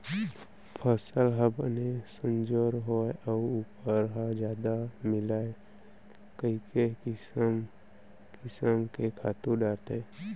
फसल ह बने संजोर होवय अउ उपज ह जादा मिलय कइके किसम किसम के खातू डारथन